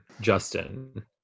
justin